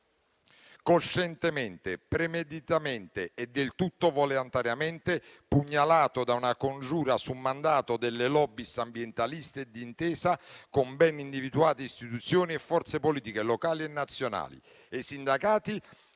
coscientemente, premeditatamente e del tutto volontariamente pugnalato da una congiura su mandato delle *lobbies* ambientaliste e di intesa con ben individuate istituzioni e forze politiche locali e nazionali. I sindacati